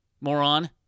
Moron